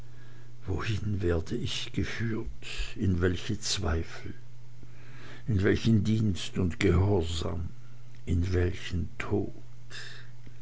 wohin werde ich geführt in welche zweifel in welchen dienst und gehorsam in welchen tod